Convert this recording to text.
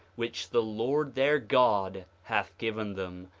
which the lord their god hath given them,